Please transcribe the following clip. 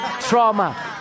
trauma